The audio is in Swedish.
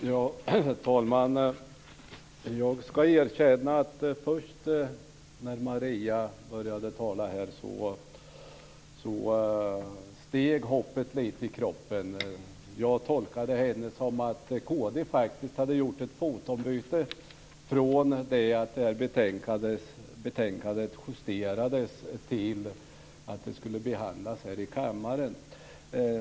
Fru talman! Jag ska erkänna att när Maria började tala här steg hoppet lite. Jag tolkade det hon sade som att kd faktiskt hade gjort ett fotombyte från det att det här betänkandet justerades till att det skulle behandlas här i kammaren.